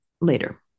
later